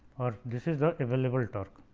or this is the available torque.